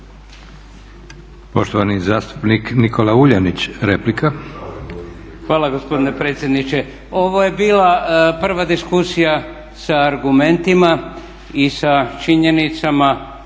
**Vuljanić, Nikola (Nezavisni)** Hvala gospodine predsjedniče. Ovo je bila prva diskusija sa argumentima i sa činjenicama